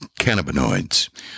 Cannabinoids